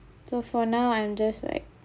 so for now I'm just like